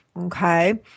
Okay